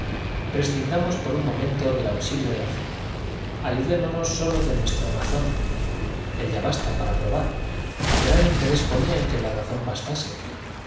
prescindamos por un momento del auxilio de la fe ayudémonos sólo de nuestra razón ella basta para probar gran interés ponía en que la razón bastase la